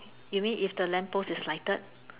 you mean if the lamp post is lighted